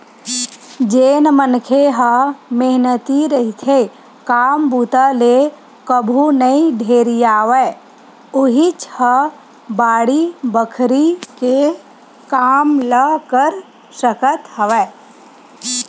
जेन मनखे ह मेहनती रहिथे, काम बूता ले कभू नइ ढेरियावय उहींच ह बाड़ी बखरी के काम ल कर सकत हवय